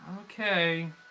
Okay